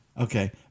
Okay